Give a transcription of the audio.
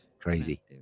Crazy